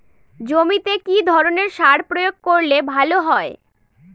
জমিতে কি ধরনের সার প্রয়োগ করলে ভালো হয়?